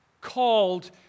Called